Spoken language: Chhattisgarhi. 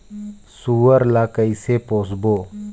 सुअर ला कइसे पोसबो?